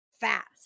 fast